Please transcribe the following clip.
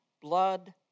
blood